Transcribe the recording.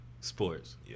sports